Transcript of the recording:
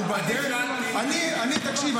תקשיב,